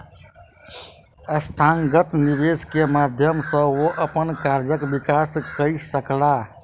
संस्थागत निवेश के माध्यम सॅ ओ अपन कार्यक विकास कय सकला